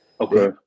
Okay